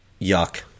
Yuck